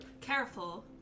Careful